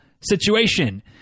situation